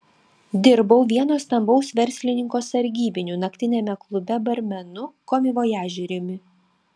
dirbau vieno stambaus verslininko sargybiniu naktiniame klube barmenu komivojažieriumi